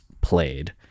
played